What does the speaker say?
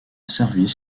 service